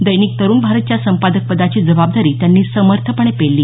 दैनिक तरुण भारतच्या संपादकपदाची जबाबदारी त्यांनी समर्थपणे पेलली